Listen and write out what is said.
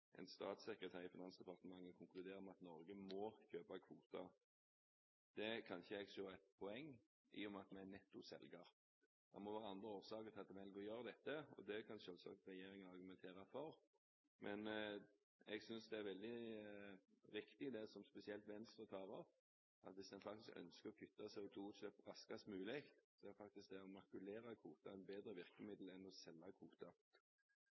kan jeg ikke se noe poeng i, i og med at vi er netto selger. Det må være andre årsaker til at man velger å gjøre dette. Det kan selvsagt regjeringen argumentere for. Jeg synes det er veldig riktig, spesielt det Venstre tar opp, at hvis man ønsker å kutte CO2-utslippene raskest mulig, er det å makulere kvotene faktisk et bedre virkemiddel enn å selge kvoter – hvis man ønsker kjappe utslippskutt. Opposisjonen fremmer forslag om kapitalinnskudd i et u-landsfond, altså at man dedikerer en